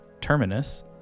terminus